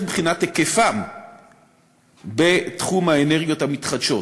מבחינת היקפם בתחום האנרגיות המתחדשות.